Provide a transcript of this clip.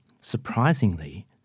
surprisingly